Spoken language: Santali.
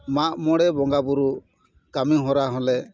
ᱢᱟᱜ ᱢᱚᱬᱮ ᱵᱚᱸᱜᱟ ᱵᱳᱨᱳ ᱠᱟᱹᱢᱤ ᱦᱚᱨᱟ ᱦᱚᱞᱮ